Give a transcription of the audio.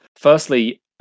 Firstly